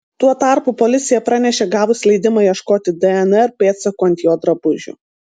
tuo tarpu policija pranešė gavus leidimą ieškoti dnr pėdsakų ant jo drabužių